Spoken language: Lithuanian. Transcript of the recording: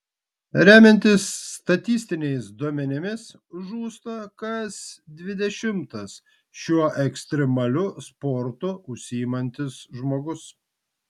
remiantis statistiniais duomenims žūsta kas dvidešimtas šiuo ekstremaliu sportu užsiimantis žmogus